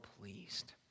pleased